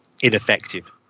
ineffective